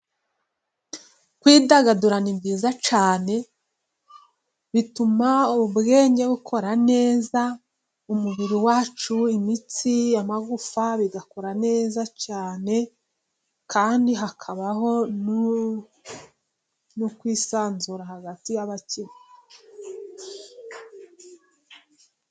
Kwidagadura ni byiza cyane bituma ubwenge bukora neza, umubiri wacu, imitsi, amagufa bigakora neza cyane kandi hakabaho no kwisanzura hagati y'abakina.